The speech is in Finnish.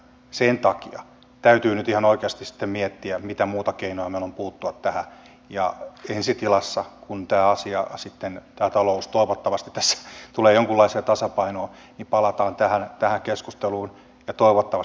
sen takia täytyy nyt ihan oikeasti sitten miettiä mitä muita keinoja meillä on puuttua tähän ja ensi tilassa kun sitten tämä talous toivottavasti tässä tulee jonkunlaiseen tasapainoon palataan tähän keskusteluun ja toivottavasti sitten tämä muuttuu